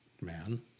Man